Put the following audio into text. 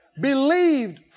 Believed